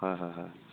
হয় হয় হয়